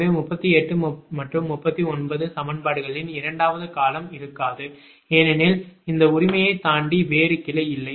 எனவே 38 மற்றும் 39 சமன்பாடுகளின் இரண்டாவது காலம் இருக்காது ஏனெனில் இந்த உரிமையைத் தாண்டி வேறு கிளை இல்லை